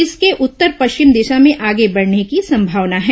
इसके उत्तर पश्चिम दिशा में आर्गे बढ़ने की संभावना है